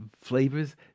flavors